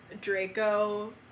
Draco